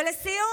ולסיום,